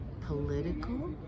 political